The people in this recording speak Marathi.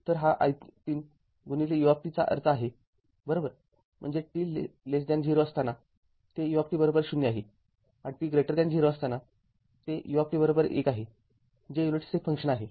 तर हा i३ut चा अर्थ आहे बरोबर म्हणजेच t 0 असताना ते ut 0आहे आणि t 0 असताना ते ut १ आहे जे युनिट स्टेप फंक्शन आहे